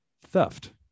theft